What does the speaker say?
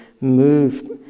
move